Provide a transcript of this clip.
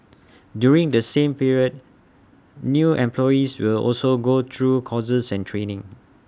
during the same period new employees will also go through courses and training